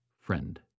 friend